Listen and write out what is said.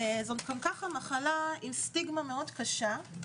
וזו גם ככה מחלה עם סטיגמה מאוד קשה.